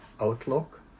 outlook